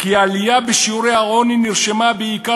שהעלייה בשיעורי העוני נרשמה בעיקר